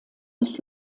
des